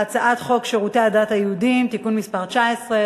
ההצעה להעביר את הצעת חוק שירותי הדת היהודיים (תיקון מס' 19),